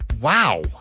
Wow